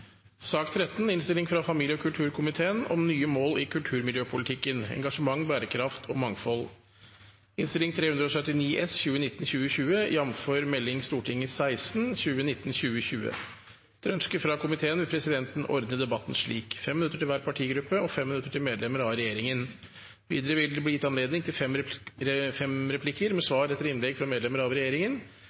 sak nr. 12. Etter ønske fra familie- og kulturkomiteen vil presidenten ordne debatten slik: 5 minutter til hver partigruppe og 5 minutter til medlemmer av regjeringen. Videre vil det bli gitt anledning til fem replikker med svar etter innlegg fra medlemmer av regjeringen,